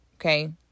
Okay